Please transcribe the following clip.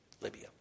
Libya